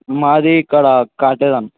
మాది ఇక్కడ కాటేదాన్